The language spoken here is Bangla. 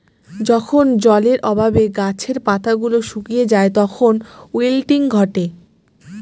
যখন জলের অভাবে গাছের পাতা গুলো শুকিয়ে যায় তখন উইল্টিং ঘটে